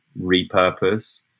repurpose